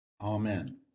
Amen